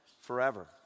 forever